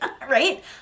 right